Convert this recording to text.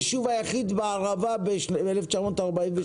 הישוב היחיד בערבה ב-1948.